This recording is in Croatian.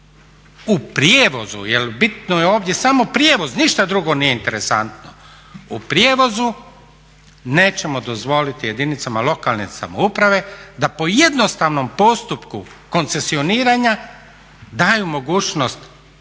U prijevozu jer bitno je ovdje samo prijevoz, ništa drugo nije interesantno, u prijevozu nećemo dozvoliti jedinicama lokalne samouprave da po jednostavnom postupku koncesioniranja daju mogućnost